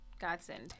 Godsend